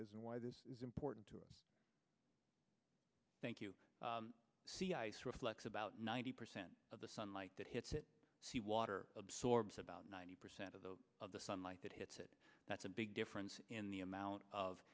and why this is important to us thank you sea ice reflects about ninety percent of the sunlight that hits it water absorbs about ninety percent of the of the sunlight that hits it that's a big difference in the amount of